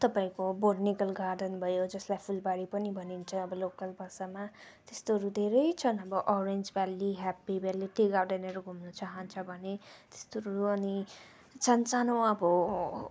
तपाईँहरूको botanical garden भयो जसलाई फुलबारी पनि भनिन्छ अब लोकल भाषामा त्यस्तोहरू धेरै छन् अब orange valley happy valley tea गार्डनहरू घुम्नु चाहन्छ भने त्यस्तोहरू अनि सानसानो अब